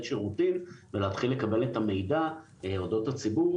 שירותים ולהתחיל לקבל את המידע אודות הציבור.